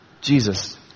Jesus